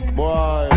boy